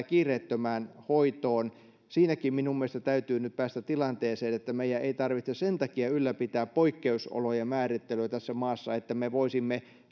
kiireettömään hoitoon siinäkin minun mielestä täytyy päästä tilanteeseen että meidän ei tarvitse sen takia ylläpitää poikkeusolojen määrittelyä tässä maassa että me voisimme